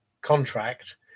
contract